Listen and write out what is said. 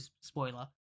spoiler